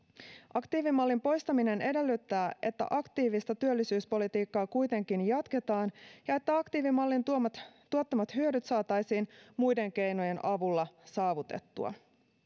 aktiivimallin poistaminen edellyttää että aktiivista työllisyyspolitiikkaa kuitenkin jatketaan ja että aktiivimallin tuottamat tuottamat hyödyt saataisiin muiden keinojen avulla saavutettua